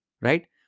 Right